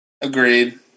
Agreed